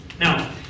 Now